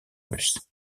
russe